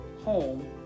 home